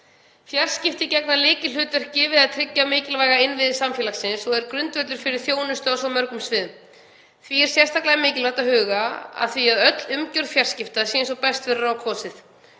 Fjarskipti gegna lykilhlutverki við að tryggja mikilvæga innviði samfélagsins og eru grundvöllur fyrir þjónustu á svo mörgum öðrum sviðum. Því er sérstaklega mikilvægt að huga að því að öll umgjörð fjarskipta sé eins og best verður á kosið.